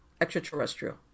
extraterrestrial